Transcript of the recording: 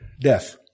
death